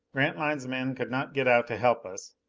grantline's men could not get out to help us,